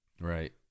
Right